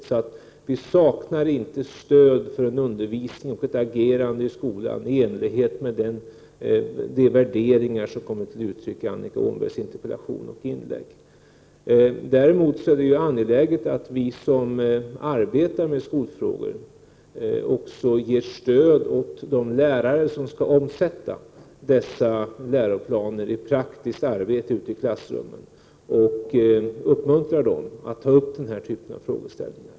Vi saknar alltså inte stöd för en undervisning och ett agerande i enlighet med de värderingar som kommer till uttryck i Annika Åhnbergs interpellation och inlägg. Däremot är det angeläget att vi som arbetar med skolfrågor också ger stöd åt de lärare som skall omsätta dessa läroplaner i praktiskt arbete i klassrummen och att vi uppmuntrar dem att ta upp denna typ av frågeställningar.